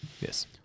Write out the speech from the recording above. Yes